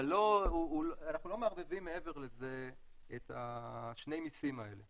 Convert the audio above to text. אבל אנחנו לא מערבבים מעבר לזה את שני המיסים האלה.